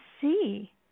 see